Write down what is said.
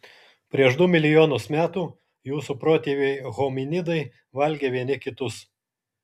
prieš du milijonus metų jūsų protėviai hominidai valgė vieni kitus